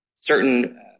certain